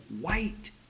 white